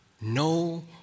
No